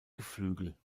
geflügel